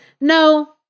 no